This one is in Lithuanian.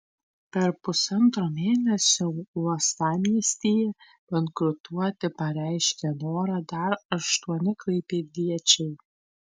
per pusantro mėnesio uostamiestyje bankrutuoti pareiškė norą dar aštuoni klaipėdiečiai